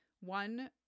one